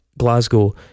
Glasgow